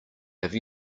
have